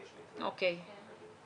אוקיי.